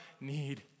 need